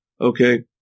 okay